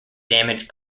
damage